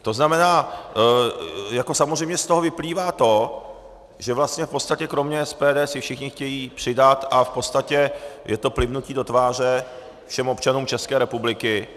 To znamená samozřejmě z toho vyplývá to, že vlastně v podstatě kromě SPD si všichni chtějí přidat a v podstatě je to plivnutí do tváře všem občanům České republiky.